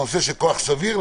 כוח סביר.